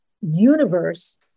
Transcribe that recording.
universe